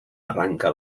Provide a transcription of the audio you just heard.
arranca